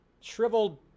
shriveled